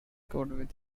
covered